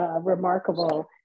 remarkable